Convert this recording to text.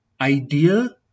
idea